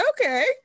okay